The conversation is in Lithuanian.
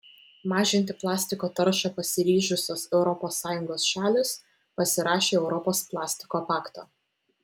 mažinti plastiko taršą pasiryžusios europos sąjungos šalys pasirašė europos plastiko paktą